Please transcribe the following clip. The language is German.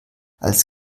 als